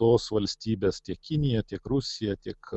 tos valstybės tiek kinija tiek rusija tik